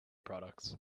products